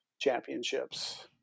championships